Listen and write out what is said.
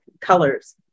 colors